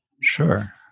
sure